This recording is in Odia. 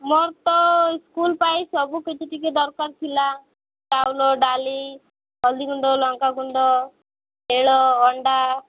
ମୋର ତ ସ୍କୁଲ ପାଇଁ ସବୁ କିଛି ଟିକେ ଦରକାର ଥିଲା ଚାଉଳ ଡାଲି ହଳଦୀଗୁଣ୍ଡ ଲଙ୍କାଗୁଣ୍ଡ ତେଲ ଅଣ୍ଡା